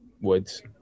woods